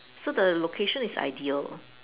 so the location is ideal